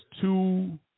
two